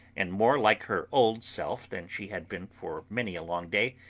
and more like her old self than she had been for many a long day,